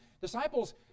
Disciples